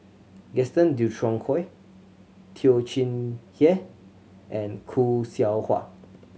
Gaston Dutronquoy Teo Chee Hean and Khoo Seow Hwa